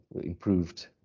improved